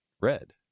red